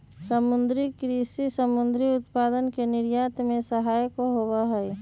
समुद्री कृषि समुद्री उत्पादन के निर्यात में सहायक होबा हई